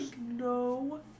no